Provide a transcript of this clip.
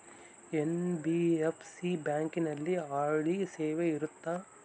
NBFC ಬ್ಯಾಂಕಿನಲ್ಲಿ RD ಸೇವೆ ಇರುತ್ತಾ?